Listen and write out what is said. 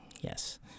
Yes